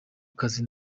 kazi